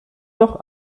doch